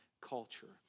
culture